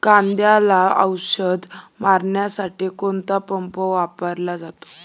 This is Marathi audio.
कांद्याला औषध मारण्यासाठी कोणता पंप वापरला जातो?